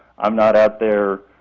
i'm not out there,